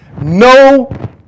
No